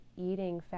eating